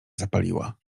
zapaliła